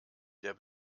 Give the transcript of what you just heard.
der